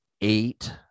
eight